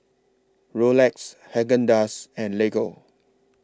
Rolex Haagen Dazs and Lego